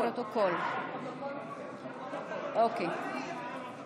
לפרוטוקול, בהצבעה הראשונה לא הספקתי.